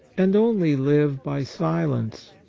and only live by silence,